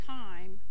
time